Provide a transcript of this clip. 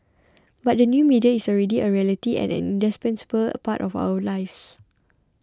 but the new media is already a reality and an indispensable part of our lives